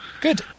Good